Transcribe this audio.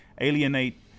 alienate